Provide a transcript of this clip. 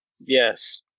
Yes